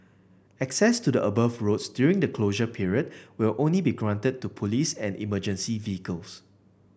access to the above roads during the closure period will only be granted to police and emergency vehicles